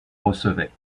recevaient